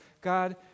God